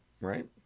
right